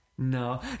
No